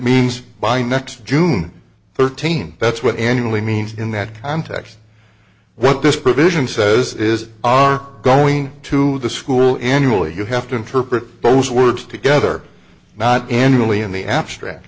means by next june th that's what annually means in that context what this provision says is are going to the school annually you have to interpret those words together not in really in the abstract